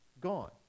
gone